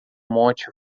monte